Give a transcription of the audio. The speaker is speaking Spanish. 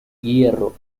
hierro